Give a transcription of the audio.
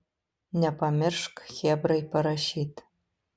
nepamiršk chebrai parašyt